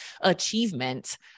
achievement